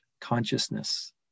consciousness